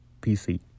pc